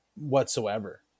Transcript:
whatsoever